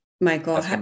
Michael